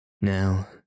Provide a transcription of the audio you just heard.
Now